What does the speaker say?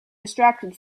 distracted